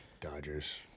Dodgers